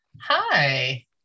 hi